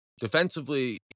defensively